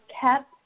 kept